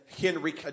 Henry